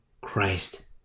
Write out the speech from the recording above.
Christ